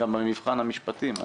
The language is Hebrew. בפני המבחן המשפטי.